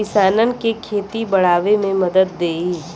किसानन के खेती बड़ावे मे मदद देई